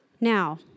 Now